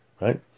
right